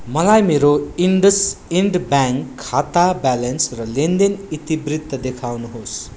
मलाई मेरो इन्डसइन्ड ब्याङ्क खाता ब्यालेन्स र लेनदेन इतिवृत्त देखाउनुहोस्